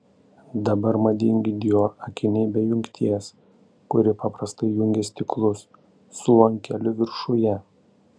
dabar madingi dior akiniai be jungties kuri paprastai jungia stiklus su lankeliu viršuje